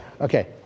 Okay